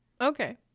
Okay